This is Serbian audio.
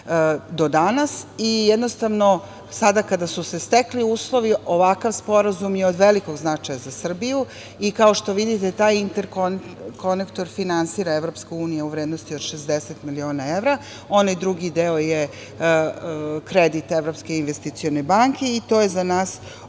do danas i sada kada su se stekli uslovi, ovakav sporazum je od velikog značaja za Srbiju. Kao što vidite taj inter konektor finansira Evropska unija u vrednosti od 60 miliona evra. Onaj drugi deo je kredit Evropske investicione banke i to je za nas